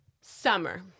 Summer